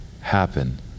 happen